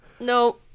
No